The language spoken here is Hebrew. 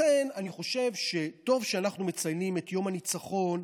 לכן אני חושב שטוב שאנחנו מציינים את יום הניצחון,